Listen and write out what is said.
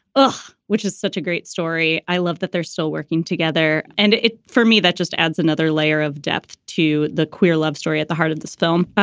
oh. which is such a great story. i love that they're still working together. and it for me, that just adds another layer of depth to the queer love story at the heart of this film.